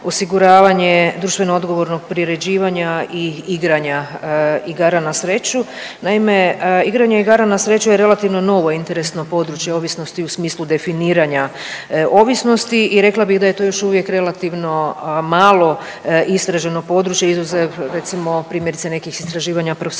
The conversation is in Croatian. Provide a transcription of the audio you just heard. osiguravanje društveno odgovornog priređivanja i igranja igara na sreću. Naime, igranje igara na sreću je relativno novo interesno područje ovisnosti u smislu definiranja ovisnosti i rekla bih da je to još uvijek relativno malo istraženo područje izuzev recimo primjerice nekih istraživanja profesora